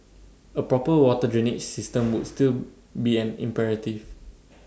A proper water drainage system would still be an imperative